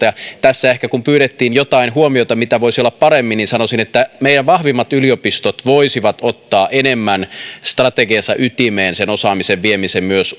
ja tässä ehkä kun pyydettiin joitain huomioita mitä voisi olla paremmin sanoisin että meidän vahvimmat yliopistot voisivat ottaa enemmän strategiansa ytimeen sen osaamisen viemisen myös